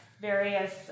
Various